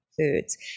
foods